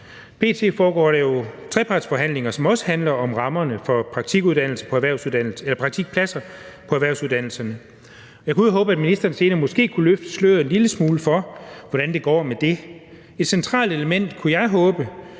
der jo trepartsforhandlinger, som også handler om rammerne for praktikpladser på erhvervsuddannelserne. Jeg kunne jo håbe, at ministeren måske senere kunne løfte sløret en lille smule for, hvordan det går med det. Et centralt element håber jeg bliver,